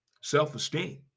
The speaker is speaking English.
self-esteem